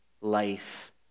life